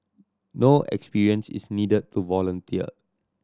no experience is needed to volunteer